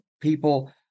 people